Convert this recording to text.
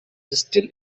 still